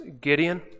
Gideon